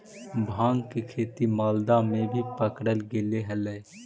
भाँग के खेती मालदा में भी पकडल गेले हलई